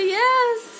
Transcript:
yes